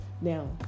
Now